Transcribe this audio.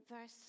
verse